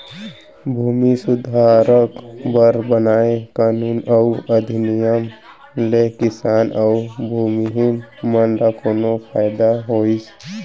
भूमि सुधार बर बनाए कानून अउ अधिनियम ले किसान अउ भूमिहीन मन ल कोनो फायदा होइस?